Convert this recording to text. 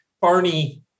Barney